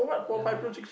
ya loh